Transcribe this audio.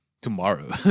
tomorrow